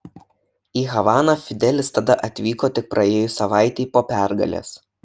į havaną fidelis tada atvyko tik praėjus savaitei po pergalės